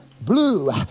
blue